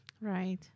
Right